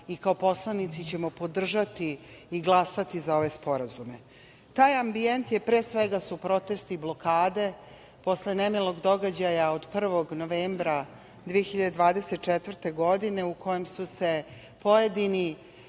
i kao poslanici ćemo podržati i glasati za ove sporazume. Taj ambijent, pre svega, su protesti, blokade, posle nemilog događaja od 1. novembra 2024. godine, u kojem su se pojedini